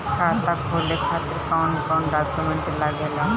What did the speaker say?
खाता खोले खातिर कौन कौन डॉक्यूमेंट लागेला?